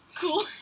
cool